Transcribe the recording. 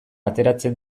ateratzen